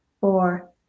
four